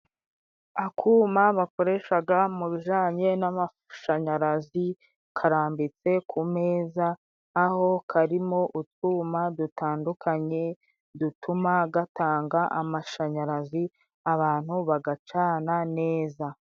Akuma bakoresha mu bijyanye n'amashanyarazi, karambitse ku meza, aho karimo utwuma dutandukanye, dutuma gatanga amashanyarazi abantu bagacana neza.